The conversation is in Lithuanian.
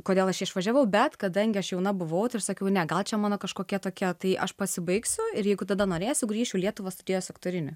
kodėl aš išvažiavau bet kadangi aš jauna buvau ir sakiau ne gal čia mano kažkokia tokia tai aš pasibaigsiu ir jeigu tada norėsiu grįšiu į lietuvą studijosiu aktorinį